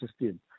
system